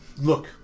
Look